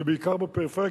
ובעיקר בפריפריה,